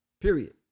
period